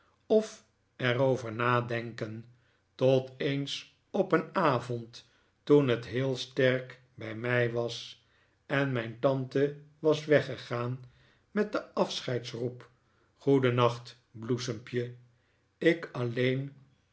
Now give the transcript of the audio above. of er over nadenken tot eens op een avond toen het heel sterk bij mij was en mijn tante was weggegaan met den afscheidsroep goedennacht bloesempje ik alleen